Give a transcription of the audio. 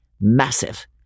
massive